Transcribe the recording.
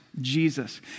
Jesus